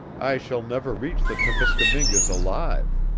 i shall never reach the temiscamingues alive.